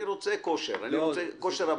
אני רוצה הכשר של הרבנות.